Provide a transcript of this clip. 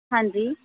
ਹਾਂਜੀ